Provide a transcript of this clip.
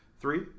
Three